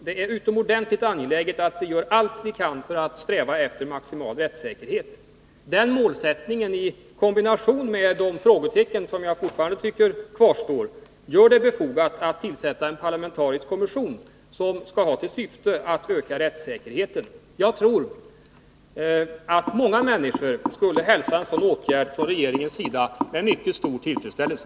Det är utomordentligt angeläget att vi gör allt vi kan för att sträva efter maximal rättssäkerhet. Den målsättningen, i kombination med de frågetecken som jag fortfarande tycker kvarstår, gör det befogat att tillsätta en parlamentarisk kommission, som skall ha till syfte att öka rättssäkerheten. Jag tror att många människor skulle hälsa en sådan åtgärd från regeringens sida med mycket stor tillfredsställelse.